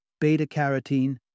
beta-carotene